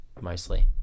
mostly